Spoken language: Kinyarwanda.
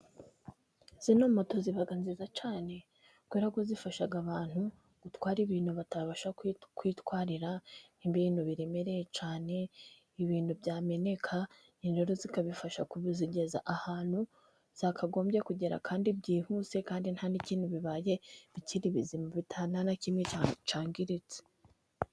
Zino moto ziba nziza cyane kubera ko zifasha abantu gutwara ibintu batabasha kwitwarira, nk'ibintu biremereye cyane, ibintu byameneka, ibintu zikadufasha kubigeza ahantu byakagombye kugera, kandi byihuse, kandi nta n'ikintu bibaye, bikiri bizima, bitana, nta na kimwe cyangiritse.